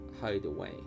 hideaway